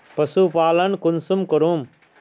पशुपालन कुंसम करूम?